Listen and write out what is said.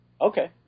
Okay